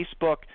Facebook